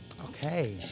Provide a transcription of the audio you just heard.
okay